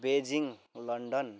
Beijing London